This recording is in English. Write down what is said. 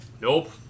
Nope